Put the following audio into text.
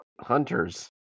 Hunters